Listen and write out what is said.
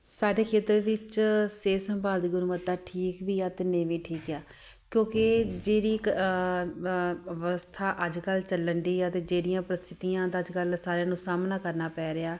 ਸਾਡੇ ਖੇਤਰ ਵਿੱਚ ਸਿਹਤ ਸੰਭਾਲ ਦੀ ਗੁਣਵੱਤਾ ਠੀਕ ਵੀ ਆ ਅਤੇ ਨਹੀਂ ਵੀ ਠੀਕ ਆ ਕਿਉਂਕਿ ਜਿਹੜੀ ਇੱਕ ਅਵਸਥਾ ਅੱਜ ਕੱਲ੍ਹ ਚੱਲਣ ਡੀ ਆ ਅਤੇ ਜਿਹੜੀਆਂ ਪ੍ਰਸਥਿਤੀਆਂ ਦਾ ਅੱਜ ਸਾਰਿਆਂ ਨੂੰ ਸਾਹਮਣਾ ਕਰਨਾ ਪੈ ਰਿਹਾ